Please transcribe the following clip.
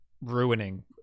ruining